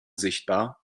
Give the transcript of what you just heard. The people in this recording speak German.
sichtbar